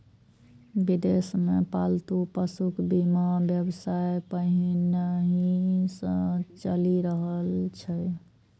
विदेश मे पालतू पशुक बीमा व्यवसाय पहिनहि सं चलि रहल छै